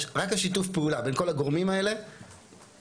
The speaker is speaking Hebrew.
רק השיתוף פעולה בין כל הגורמים האלה - ברור